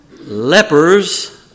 lepers